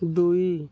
ଦୁଇ